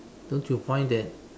don't you find that